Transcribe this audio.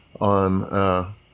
on –